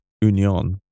Union